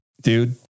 dude